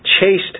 chased